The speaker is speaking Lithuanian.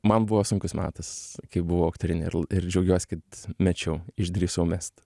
man buvo sunkus metas kai buvau aktorinį ir džiaugiuosi kad mečiau išdrįsau mest